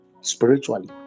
spiritually